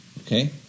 Okay